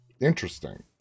interesting